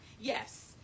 yes